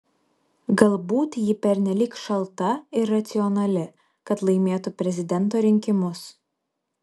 galbūt ji pernelyg šalta ir racionali kad laimėtų prezidento rinkimus